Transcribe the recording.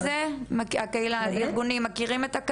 הקהילה מכירה את זה?